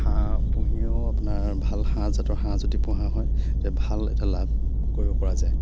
হাঁহ পুহিও আপোনাৰ ভাল হাঁহ জাতৰ হাঁহ যদি পোহা হয় তেতিয়া ভাল এটা লাভ কৰিব পৰা যায়